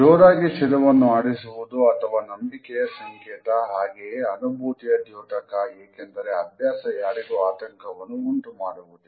ಜೋರಾಗಿ ಶಿರವನ್ನು ಆಡಿಸುವುದು ನಂಬಿಕೆಯ ಸಂಕೇತ ಹಾಗೆಯೇ ಅನುಭೂತಿಯ ದ್ಯೋತಕ ಏಕೆಂದರೆ ಅಭ್ಯಾಸ ಯಾರಿಗೂ ಆತಂಕವನ್ನು ಉಂಟು ಮಾಡುವುದಿಲ್ಲ